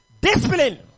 Discipline